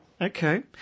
Okay